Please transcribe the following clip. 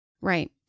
right